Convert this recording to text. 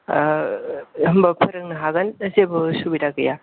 होनबा फोरोंनो हागोन दा जेबो उसुबिदा गैया